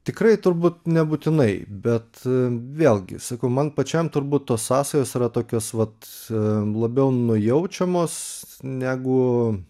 tikrai turbūt nebūtinai bet vėlgi sakau man pačiam turbūt tos sąsajos yra tokios vat labiau nujaučiamos negu